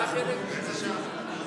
צחי הנגבי.